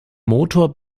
motor